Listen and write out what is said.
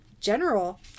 general